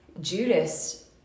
Judas